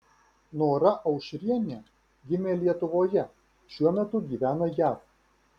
nora aušrienė gimė lietuvoje šiuo metu gyvena jav